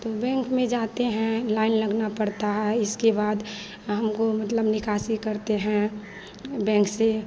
तो बैंक में जाते हैं लाइन लगाना पड़ता है इसके बाद हमको मतलब निकासी करते हैं बैंक से